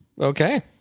okay